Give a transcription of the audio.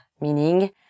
meaning